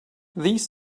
these